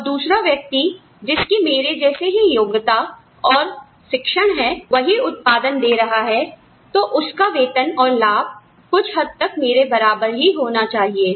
और दूसरा व्यक्ति जिसकी मेरे जैसे ही योग्यता और शिक्षण है वही उत्पादन दे रहा है तो उसका वेतन और लाभ कुछ हद तक मेरे बराबर ही होने चाहिए